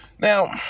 Now